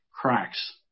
cracks